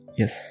yes